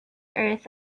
earth